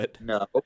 No